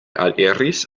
aliris